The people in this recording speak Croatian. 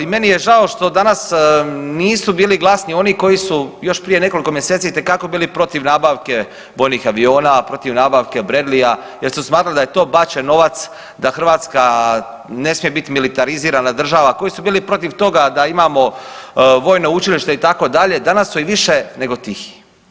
I meni je žao što danas nisu bili glasni oni koji su još prije nekoliko mjeseci bili protiv nabavke vojnih aviona, protiv nabavke Bradleya jer su smatrali da je to bačen novac, da Hrvatska ne smije biti militarizirana država, koji su bili protiv toga da imamo vojno učilište itd. danas su i više nego tihi.